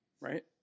right